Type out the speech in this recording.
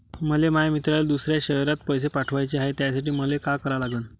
मले माया मित्राले दुसऱ्या शयरात पैसे पाठवाचे हाय, त्यासाठी मले का करा लागन?